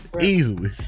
Easily